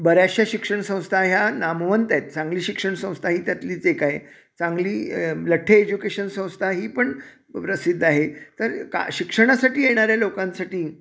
बऱ्याचशा शिक्षणसंस्था ह्या नामवंत आहेत सांगली शिक्षणसंस्था ही त्यातलीच एक आहे सांगली लठ्ठे एज्युकेशन संस्था ही पण प्रसिद्ध आहे तर का शिक्षणासाठी येणाऱ्या लोकांसाठी